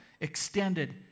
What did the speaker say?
extended